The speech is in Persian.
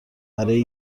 برای